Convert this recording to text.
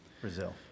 Brazil